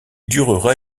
durera